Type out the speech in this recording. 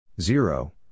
zero